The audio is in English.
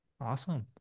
Awesome